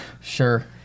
Sure